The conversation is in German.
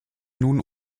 nun